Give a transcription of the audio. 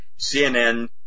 CNN